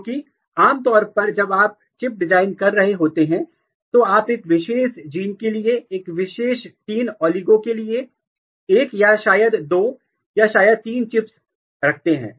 क्योंकि आम तौर पर जब आप चिप डिजाइन कर रहे होते हैं तो आप एक विशेष जीन के लिए एक विशेष तीन ओलिगो के लिए एक या शायद दो या शायद तीन चिप्स रखते थे